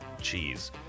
cheese